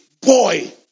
boy